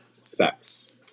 Sex